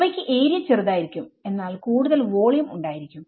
അവയ്ക്ക് ഏരിയ ചെറുതായിരിക്കും എന്നാൽ കൂടുതൽ വോളിയം ഉണ്ടായിരിക്കും